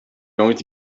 going